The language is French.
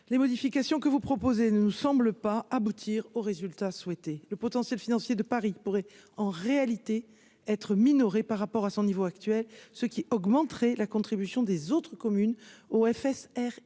Les modifications que vous proposez ne nous semble pas aboutir au résultat souhaité le potentiel financier de Paris pourrait en réalité être minorée par rapport à son niveau actuel, ce qui augmenterait la contribution des autres communes OFS R.